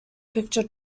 picture